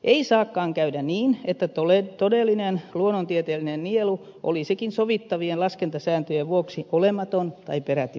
ei saa käydä niin että todellinen luonnontieteellinen nielu olisikin sovittavien laskentasääntöjen vuoksi olematon tai peräti päästö